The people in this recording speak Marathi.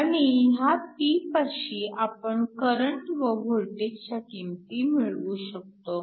आणि ह्या P पाशी आपण करंट व वोल्टेजच्या किंमती मिळवू शकतो